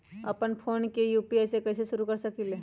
अपना फ़ोन मे यू.पी.आई सेवा कईसे शुरू कर सकीले?